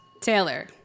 Taylor